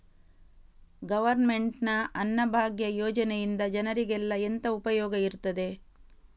Government ನ ಅನ್ನಭಾಗ್ಯ ಯೋಜನೆಯಿಂದ ಜನರಿಗೆಲ್ಲ ಎಂತ ಉಪಯೋಗ ಇರ್ತದೆ?